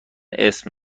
اسم